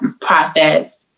process